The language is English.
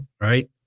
right